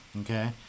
okay